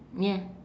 yeah